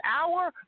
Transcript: hour